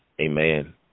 Amen